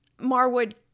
Marwood